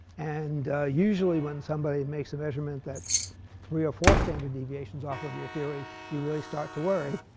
and usually when somebody makes a measurement that's three or four standard deviations off of your theory, you really start to worry.